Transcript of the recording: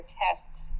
tests